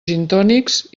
gintònics